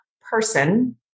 person